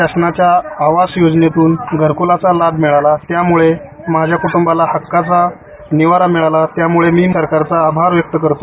शासनाच्या आवास योजनेतून घरकुलाचा लाभ मिळाला त्यामूळे माझ्या कुंटूंबाला हक्काचा निवारा मिळाला त्यामुळे मी सरकारचे आभार व्यक्त करतो